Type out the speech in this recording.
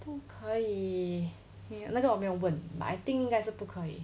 不可以那个我没有问 but I think 是不可以